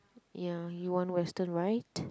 ya you want Western right